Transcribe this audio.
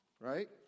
right